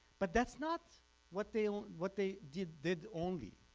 but that's not what they what they did did only.